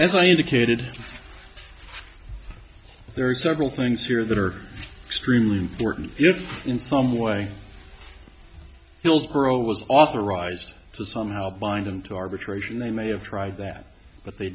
as i indicated there are several things here that are extremely important if in some way hillsborough was authorized to somehow bind him to arbitration they may have tried that but they